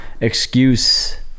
excuse